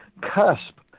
cusp